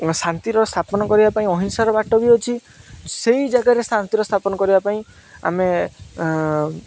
ଶାନ୍ତିର ସ୍ଥାପନ କରିବା ପାଇଁ ଅହିଂସାର ବାଟ ବି ଅଛି ସେଇ ଜାଗାରେ ଶାନ୍ତିର ସ୍ଥାପନ କରିବା ପାଇଁ ଆମେ